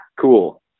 Cool